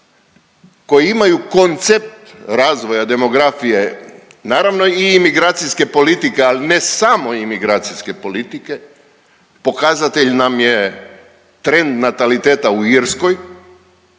koja imaju koncept razvoja demografije, naravno i imigracijske politike, ali ne samo imigracijske politike, pokazatelj nam je trend nataliteta u Irskoj